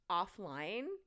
offline